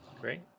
great